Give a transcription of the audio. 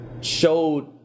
showed